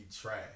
trash